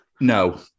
No